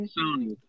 Sony